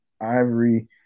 Ivory